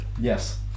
yes